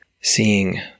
seeing